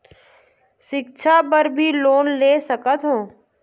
सिक्छा बर भी लोन ले सकथों?